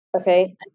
Okay